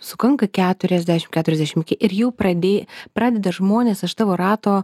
sukanka keturiasdešim keturiasdešim ir jau pradė pradeda žmonės iš tavo rato